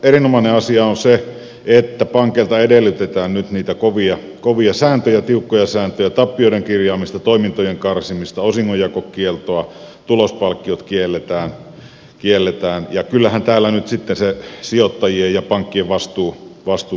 erinomainen asia on se että pankeilta edellytetään nyt niitä kovia sääntöjä tiukkoja sääntöjä tappioiden kirjaamista toimintojen karsimista osingonjakokieltoa tulospalkkiot kielletään ja kyllähän täällä nyt sitten se sijoittajien ja pankkien vastuu myöskin toteutuu